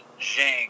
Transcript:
Zhang